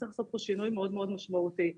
מתוך הכרה להבין שצריך לעשות פה שינוי משמעותי מאוד,